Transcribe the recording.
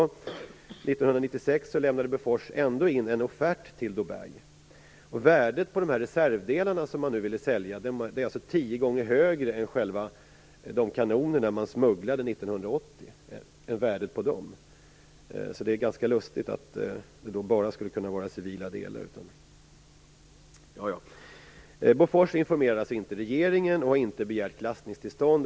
År 1996 lämnade Bofors ändå in en offert till Dubai. Värdet på de reservdelar man ville sälja är tio gånger högre än värdet på de kanoner man smugglade 1980, så det är ganska lustigt att tänka sig att det bara skulle vara civila delar. Bofors informerade alltså inte regeringen och begärde inte heller klassningstillstånd.